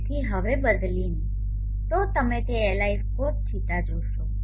તેથી હવે બદલીને તો તમે તે Li cos θ જોશો